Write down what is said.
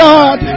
God